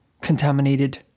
contaminated